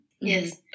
Yes